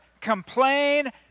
complain